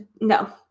no